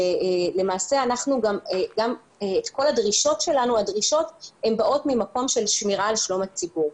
כל הדרישות שלנו באות ממקום של שמירה על שלום הציבור.